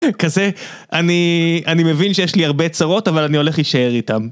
כזה, אני מבין שיש לי הרבה צרות, אבל אני הולך להישאר איתם.